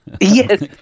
Yes